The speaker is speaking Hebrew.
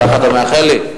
ככה אתה מאחל לי?